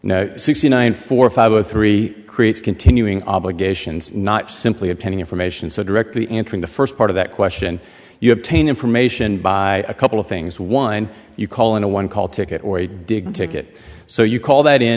know sixty nine for five or three creates continuing obligations not simply appending information so directly answering the first part of that question you have tain information by a couple of things one you call in a one call ticket or a dig ticket so you call that in